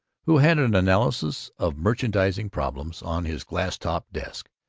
who had an analysis of merchandizing problems on his glass-topped desk,